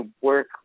work